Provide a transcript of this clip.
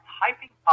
typing